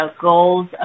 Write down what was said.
goals